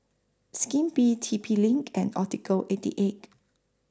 Skippy T P LINK and Optical eighty eight